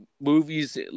movies